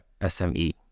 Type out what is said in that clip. SME